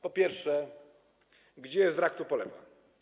Po pierwsze, gdzie jest wrak tupolewa?